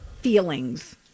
feelings